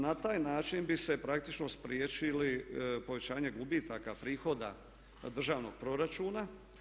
Na taj način bi se praktično spriječilo povećanje gubitaka prihoda državnog proračuna.